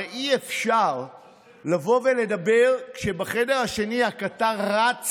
הרי אי-אפשר לבוא ולדבר כשבחדר השני הקטר רץ